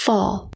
Fall